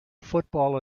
football